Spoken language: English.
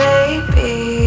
Baby